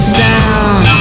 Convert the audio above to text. sound